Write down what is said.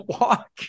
walk